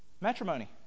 Matrimony